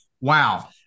wow